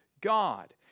God